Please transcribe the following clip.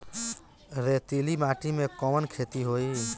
रेतीली माटी में कवन खेती होई?